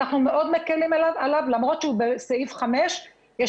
אנחנו מאוד מקלים עליו למרות שהוא בסעיף 5. יש